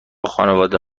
خانواده